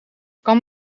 kan